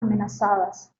amenazadas